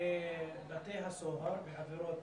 לבתי הסוהר בעבירות